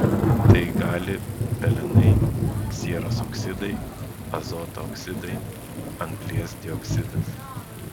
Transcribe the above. tai gali pelenai sieros oksidai azoto oksidai anglies dioksidas